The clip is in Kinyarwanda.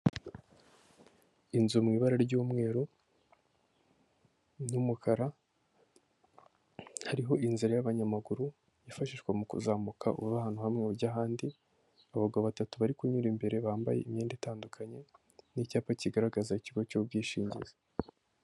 Inzu mu ibara ry'umweru n'umukara hariho inzira y'abanyamaguru, yifashishwa mu kuzamuka uva ahantu hamwe ujya ahandi, hari abagabo batatu bari kunyura imbere bambaye imyenda itandukanye n'icyapa kigaragaza ikigo cy'ubwishingizi.